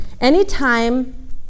Anytime